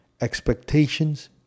expectations